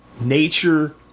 Nature